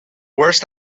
worst